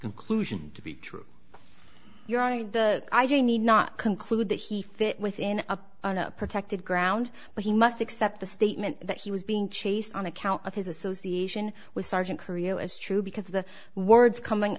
conclusion to be true you're on the i do need not conclude that he fit within a protected ground but he must accept the statement that he was being chased on account of his association with sergeant korea as true because of the words coming